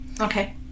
okay